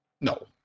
no